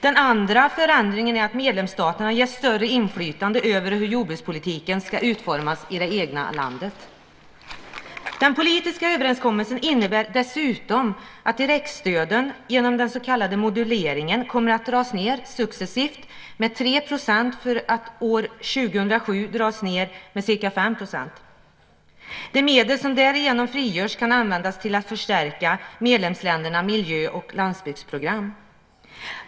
Den andra förändringen är att medlemsstaterna ges större inflytande över hur jordbrukspolitiken ska utformas i det egna landet. Den politiska överenskommelsen innebär dessutom att direktstöden genom den så kallade moduleringen kommer att dras ned successivt med 3 %, för att år 2007 dras ned med ca 5 %. De medel som därigenom frigörs kan användas till att förstärka medlemsländernas miljö och landsbygdsprogram.